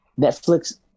Netflix